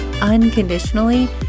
unconditionally